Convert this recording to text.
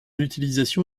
utilisation